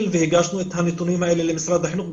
והגשנו את הנתונים האלה למשרד החינוך.